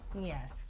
Yes